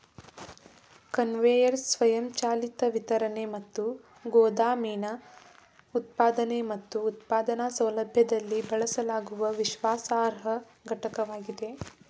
conveyor ಸ್ವಯಂಚಾಲಿತ ವಿತರಣೆ ಮತ್ತು ಗೋದಾಮಿನ ಉತ್ಪಾದನೆ ಮತ್ತು ಉತ್ಪಾದನಾ ಸೌಲಭ್ಯದಲ್ಲಿ ಬಳಸಲಾಗುವ ವಿಶ್ವಾಸಾರ್ಹ ಘಟಕವಾಗಿದೆ